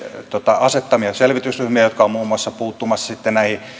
asettamianne selvitysryhmiä jotka ovat muun muassa puuttumassa sitten näihin